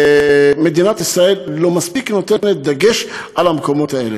שמדינת ישראל לא מספיק נותנת דגש במקומות האלה.